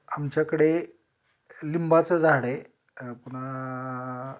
आमच्याकडे लिंबाचं झाड आहे पुन्हा